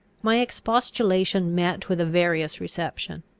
my expostulation met with a various reception.